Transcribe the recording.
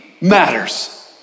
matters